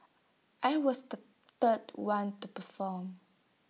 I was the third one to perform